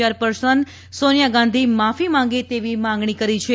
chairperson Sonia Gandhi માફી માંગે એવી માંગણી કરી છે